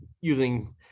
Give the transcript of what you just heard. using